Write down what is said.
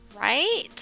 right